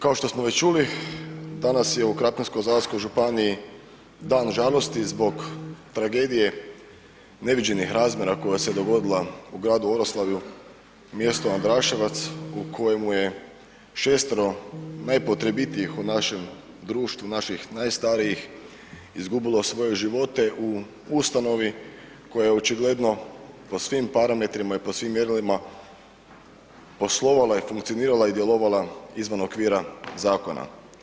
Kao što smo već čuli, danas je u Krapinsko-zagorskoj županiji dan žalosti zbog tragedije neviđenih razmjera koja se dogodila u gradu Oroslavju, mjestu Andraševac u kojemu je šestero najpotrebitijih u našem društvu, naših najstarijih, izgubilo svoje živote u ustanovi koja je očigledno po svim parametrima i po svim mjerilima poslovala i funkcionirala i djelovala izvan okvira zakona.